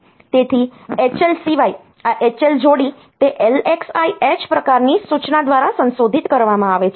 તેથી HL સિવાય આ HL જોડી તે LXI H પ્રકારની સૂચના દ્વારા સંશોધિત કરવામાં આવી છે